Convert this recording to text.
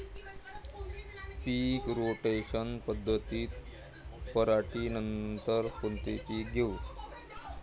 पीक rotation पद्धतीत पराटीनंतर कोनचे पीक घेऊ?